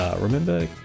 Remember